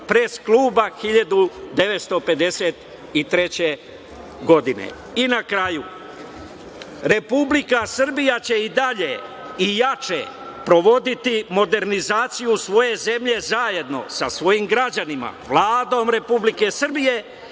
pres kluba 1953. godine. Na kraju, Republika Srbija će dalje i jače provoditi modernizaciju svoje zemlje zajedno sa svojim građanima, Vladom Republike Srbije